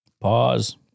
Pause